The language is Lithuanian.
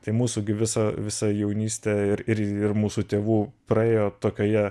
tai mūsų visa visa jaunystė ir ir ir mūsų tėvų praėjo tokioje